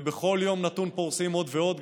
ובכל יום נתון פורסים עוד ועוד,